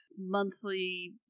monthly